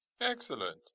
Excellent